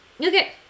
Okay